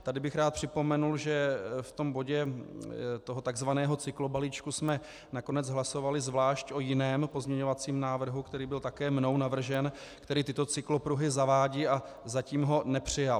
Tady bych rád připomenul, že v bodě takzvaného cyklobalíčku jsme nakonec hlasovali zvlášť o jiném pozměňovacím návrhu, který byl také mnou navržen, který tyto cyklopruhy zavádí, a zatím ho nepřijal.